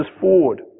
forward